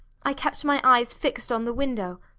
i kept my eyes fixed on the window,